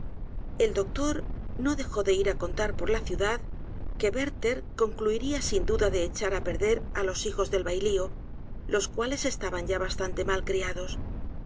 el doctor no dejó de ir á contar por la ciudad que weither concluiría sin duda de echar á perder á los hijos del bailio los cuales estaban ya bastante